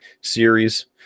series